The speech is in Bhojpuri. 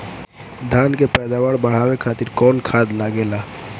धान के पैदावार बढ़ावे खातिर कौन खाद लागेला?